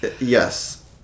yes